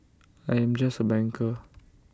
I am just A banker